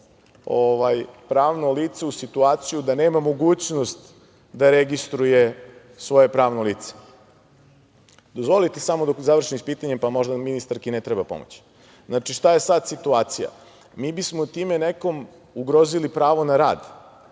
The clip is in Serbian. pravno lice u situaciju da nema mogućnost da registruje svoje pravno lice. Dozvolite samo dok završim sa pitanjem, pa možda ministarki ne treba pomoć. Znači, šta je sada situacija? Mi bismo time nekom ugrozili pravo na rad,